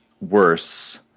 worse